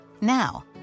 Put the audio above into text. Now